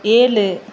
ஏழு